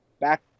back